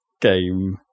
game